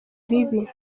bibi